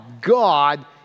God